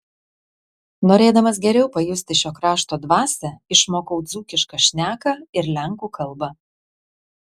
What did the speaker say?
norėdamas geriau pajusti šio krašto dvasią išmokau dzūkišką šneką ir lenkų kalbą